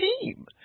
team